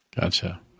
Gotcha